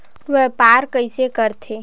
व्यापार कइसे करथे?